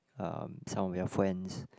um some of your friends